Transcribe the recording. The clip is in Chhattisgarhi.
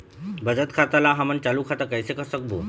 बचत खाता ला हमन चालू खाता कइसे कर सकबो?